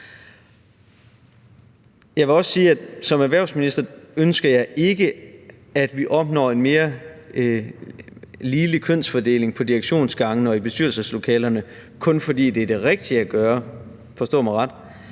Jeg vil også sige, at som erhvervsminister ønsker jeg ikke, at vi opnår en mere ligelig kønsfordeling på direktionsgangene og i bestyrelseslokalerne, kun fordi det er det rigtige at gøre – forstå mig ret